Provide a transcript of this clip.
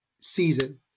season